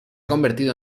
convertido